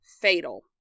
fatal